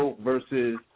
versus